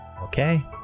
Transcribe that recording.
Okay